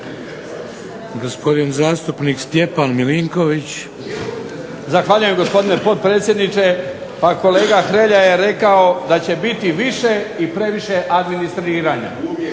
**Milinković, Stjepan (HDZ)** Zahvaljujem gospodine potpredsjedniče. Pa kolega Hrelja je rekao da će biti više i previše administriranja.